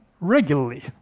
regularly